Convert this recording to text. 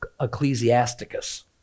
Ecclesiasticus